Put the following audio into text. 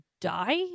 die